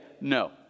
no